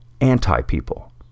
Anti-people